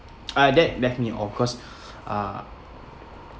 ah that left me awe cause uh